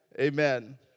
Amen